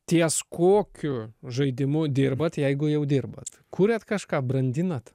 ties kokiu žaidimu dirbat jeigu jau dirbat kuriat kažką brandinat